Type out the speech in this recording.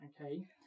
Okay